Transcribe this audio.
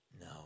no